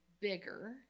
bigger